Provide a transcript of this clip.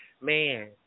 man